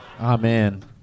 Amen